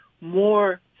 more